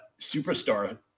superstar